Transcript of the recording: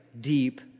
deep